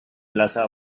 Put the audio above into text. plaza